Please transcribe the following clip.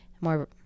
more